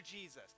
Jesus